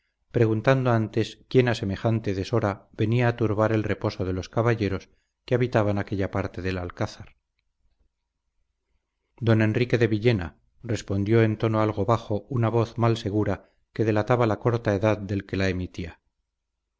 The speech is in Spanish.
preguntando antes quién a semejante deshora venía a turbar el reposo de los caballeros que habitaban aquella parte del alcázar don enrique de villena respondió en tono algo bajo una voz mal segura que delataba la corta edad del que la emitía